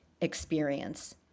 experience